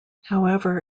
however